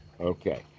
Okay